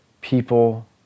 people